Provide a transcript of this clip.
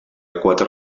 quatre